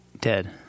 Dead